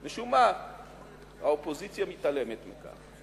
משום מה האופוזיציה מתעלמת מכך.